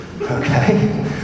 okay